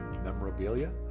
Memorabilia